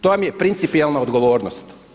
To vam je principijelna odgovornost.